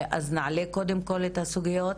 נעלה קודם כל את הסוגיות,